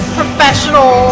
professional